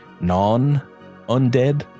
non-undead